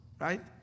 Right